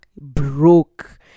broke